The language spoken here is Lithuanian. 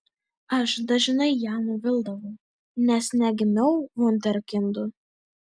aš dažnai ją nuvildavau nes negimiau vunderkindu